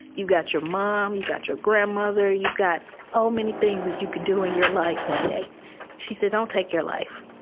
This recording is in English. you got your mom, you got your grandmother. you've got so many things you could do in your life. one day she said, i'll take your life.